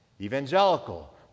evangelical